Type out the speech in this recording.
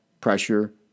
pressure